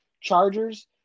Chargers